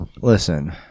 Listen